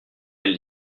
elle